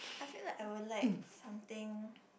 I feel like I will like something